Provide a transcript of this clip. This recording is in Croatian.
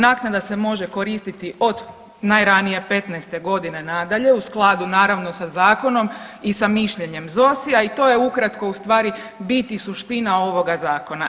Naknada se može koristi od najranije 15-te godine nadalje u skladu naravno sa zakonom i sa mišljenjem ZOSI-a i to je ukratko ustvari bit i suština ovoga zakona.